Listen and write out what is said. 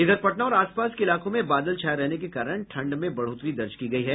इधर पटना और आस पास के इलाकों में बादल छाये रहने के कारण ठंड में बढ़ोतरी दर्ज की गयी है